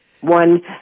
One